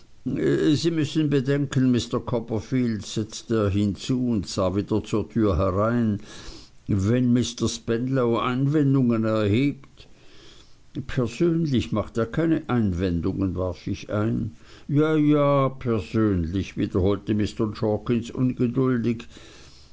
sie müssen bedenken mr copperfield setzte er hinzu und sah wieder zur türe herein wenn mr spenlow einwendungen erhebt persönlich macht er keine einwendungen warf ich ein ja ja persönlich wiederholte mr jorkins ungeduldig